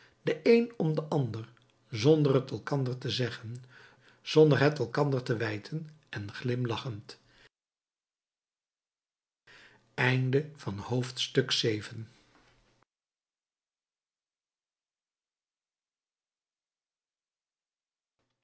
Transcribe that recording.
de een om den ander zonder het elkander te zeggen zonder het elkander te wijten en glimlachend